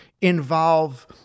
involve